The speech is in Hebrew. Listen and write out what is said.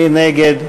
מי נגד?